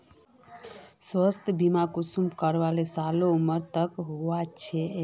स्वास्थ्य बीमा कुंसम करे सालेर उमर तक होचए?